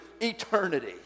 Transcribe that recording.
eternity